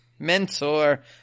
Mentor